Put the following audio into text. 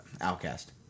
Outcast